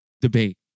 debate